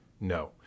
no